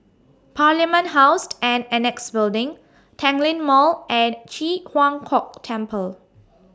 Parliament House and Annexe Building Tanglin Mall and Ji Huang Kok Temple